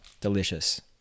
delicious